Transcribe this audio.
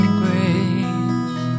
grace